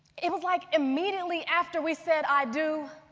it was like immediately after we said i do,